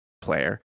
player